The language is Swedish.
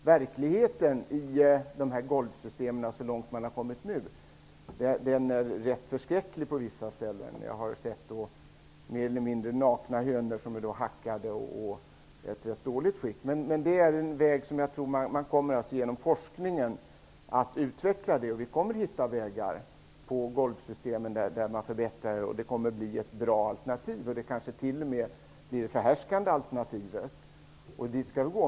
Verkligheten i golvsystemet i dag är rätt förskräcklig. Jag har sett mer eller mindre nakna hönor som hackar på varandra och som är i dåligt skick. Men jag tror att med hjälp av forskning kommer det att utvecklas nya golvsystem som kan bli bra alternativ. Det kanske t.o.m. kan bli det förhärskande alternativet.